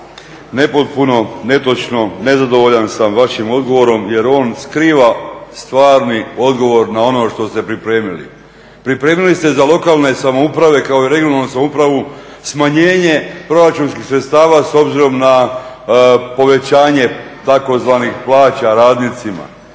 nepotpuno, netočno, nezadovoljan sam vašim odgovorom jer on skriva stvarni odgovor na ono što ste pripremili. Pripremili ste za lokalne samouprave kao i regionalnu samoupravu smanjenje proračunskih sredstava s obzirom na povećanje tzv. plaća radnicima.